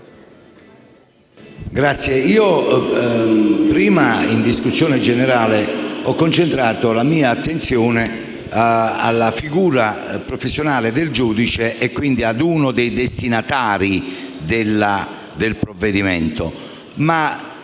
in sede di discussione generale, ho concentrato la mia attenzione sulla figura professionale del giudice e quindi su uno dei destinatari del provvedimento,